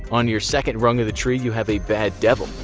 on your second rung of the tree you have a bad devil.